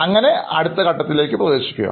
അങ്ങനെഅടുത്ത ഘട്ടത്തിലേക്ക് പ്രവേശിക്കുക